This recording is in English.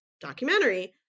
documentary